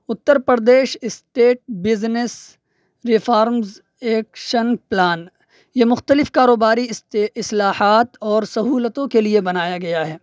Uttar Pradesh state business reforms action plan یہ مختلف کاروباری اصلاحات اور سہولتوں کے لیے بنایا گیا ہے